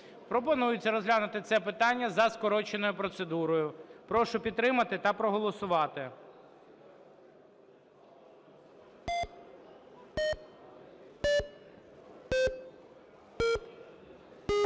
Пропонується розглянути це питання за скороченою процедурою. Прошу підтримати та проголосувати.